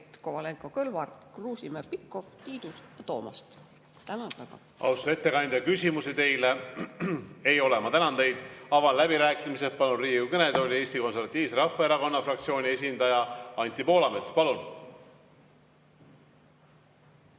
Kovalenko-Kõlvart, Kruusimäe, Pikhof, Tiidus ja Toomast. Tänan väga. Austatud ettekandja, küsimusi teile ei ole. Ma tänan teid. Avan läbirääkimised. Palun Riigikogu kõnetooli Eesti Konservatiivse Rahvaerakonna fraktsiooni esindaja Anti Poolametsa. Palun!